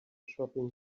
shopping